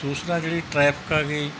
ਦੂਸਰਾ ਜਿਹੜੀ ਟਰੈਫਿਕ ਆ ਗਈ